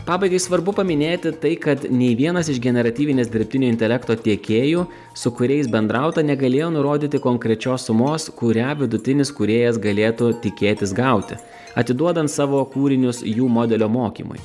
pabaigai svarbu paminėti tai kad nei vienas iš generatyvinės dirbtinio intelekto tiekėjų su kuriais bendrauta negalėjo nurodyti konkrečios sumos kurią vidutinis kūrėjas galėtų tikėtis gauti atiduodant savo kūrinius jų modelio mokymui